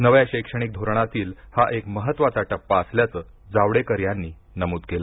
नव्या शैक्षणिक धोरणातील हा एक महत्वाचा टप्पा असल्याचं जावडेकर यांनी नमूद केलं